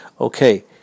Okay